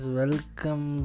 welcome